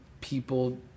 people